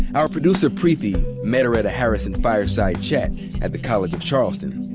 our producer, preeti, met her at a harrison fireside chat at the college of charleston.